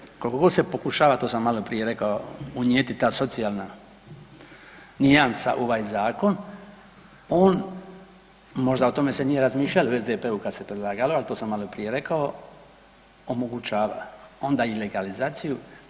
Da, ovdje koliko god se pokušava, to sam malo prije rekao, unijeti ta socijalna nijansa u ovaj zakon on možda o tome se nije razmišljalo u SDP-u kada se predlagalo, ali to sam malo prije rekao omogućava onda i legalizaciju.